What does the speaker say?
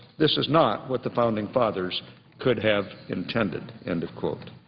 this is not what the founding fathers could have intended. end of quote.